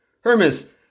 Hermes